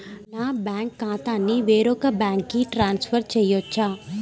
నా బ్యాంక్ ఖాతాని వేరొక బ్యాంక్కి ట్రాన్స్ఫర్ చేయొచ్చా?